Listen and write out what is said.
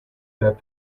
that